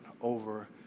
over